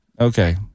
Okay